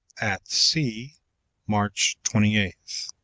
at sea march twenty eighth.